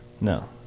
No